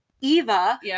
Eva